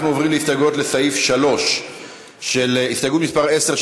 אנחנו עוברים להסתייגויות לסעיף 3. הסתייגות מס' 10,